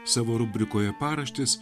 savo rubrikoje paraštės